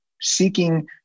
seeking